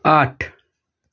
आठ